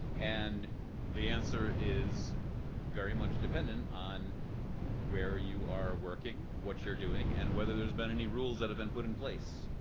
and the answer is very much dependent on where you are working. what you're doing. and whether there's been any rules that have been put in place.